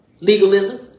Legalism